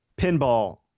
Pinball